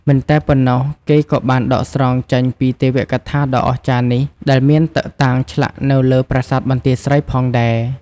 មិនតែប៉ុណ្ណោះគេក៏បានដកស្រង់ចេញពីទេវកថាដ៏អស្ចារ្យនេះ ដែលមានតឹកតាងឆ្លាក់នៅលើ ប្រាសាទបន្ទាយស្រី ផងដែរ។